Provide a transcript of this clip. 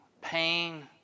pain